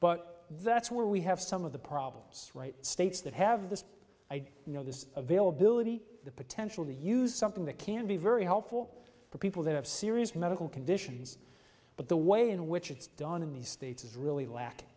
but that's where we have some of the problems states that have this idea you know this availability the potential to use something that can be very helpful for people that have serious medical conditions but the way in which it's done in these states is really lack